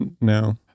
No